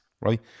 right